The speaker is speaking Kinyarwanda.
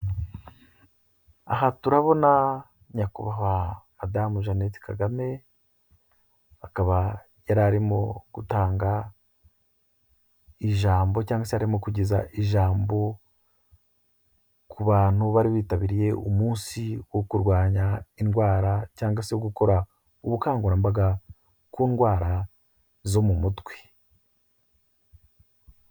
Aha turabona nyakubahwa madamu Jeannette Kagame akaba yararimo gutanga ijambo cyangwa se arimo kugeza ijambo ku bantu bari bitabiriye umunsi wo kurwanya indwara cyangwa se gukora ubukangurambaga ku ndwara zo mu mutwe.